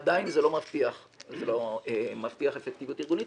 עדיין זה לא מבטיח אפקטיביות ארגונית